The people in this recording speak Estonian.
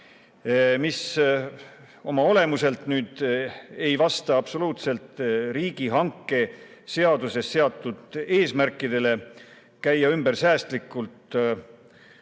See oma olemuselt ei vasta absoluutselt riigihangete seaduses seatud eesmärkidele käia säästlikult